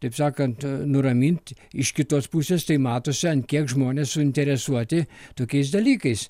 taip sakant nuramint iš kitos pusės tai matosi ant kiek žmonės suinteresuoti tokiais dalykais